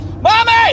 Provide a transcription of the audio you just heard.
Mommy